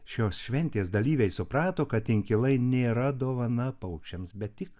šios šventės dalyviai suprato kad inkilai nėra dovana paukščiams bet tik